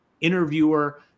interviewer